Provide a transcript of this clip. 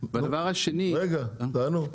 והדבר השני רגע, תענו.